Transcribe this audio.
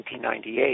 1998